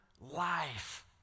life